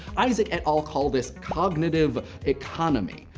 isaac, et al, called this cognitive economy.